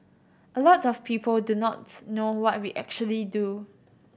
a lot of people do not know what we actually do